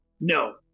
No